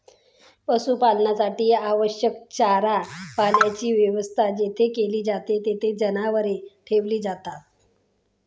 पशुपालनासाठी आवश्यक चारा पाण्याची व्यवस्था जेथे केली जाते, तेथे जनावरे ठेवली जातात